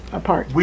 apart